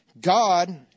God